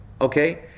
Okay